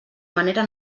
manera